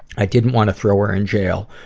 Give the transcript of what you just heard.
i didn't want to throw her in jail.